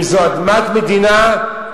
אם זו אדמת מדינה,